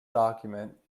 document